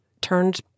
turned